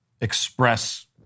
express